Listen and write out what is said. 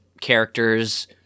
characters